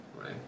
right